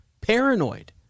paranoid